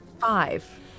five